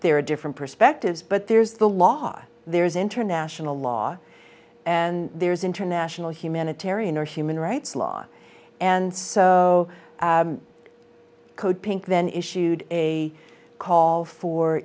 there are different perspectives but there's the law there's international law and there's international humanitarian or human rights law and so code pink then issued a call for